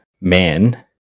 man